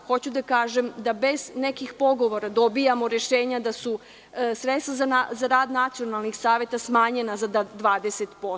Hoću da kažem da bez nekih pogovora dobijamo rešenja da su sredstva za rad Nacionalnih saveta smanjena za 20%